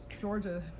Georgia